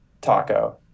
taco